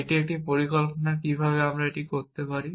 এটি একটি পরিকল্পনা কিভাবে আমি এটি করতে পারি